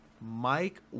Mike